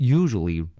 usually